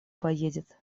поедет